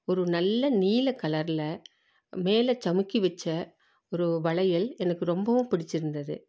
ஒரு நல்ல நீலக் கலரில் மேலே சமிக்கி வைச்ச ஒரு வளையல் எனக்கு ரொம்பவும் பிடிச்சுருந்தது